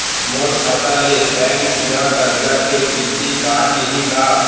मोर खाता ले बैंक सीधा करजा के किस्ती काट लिही का?